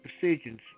decisions